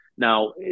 Now